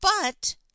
But